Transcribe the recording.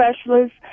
specialists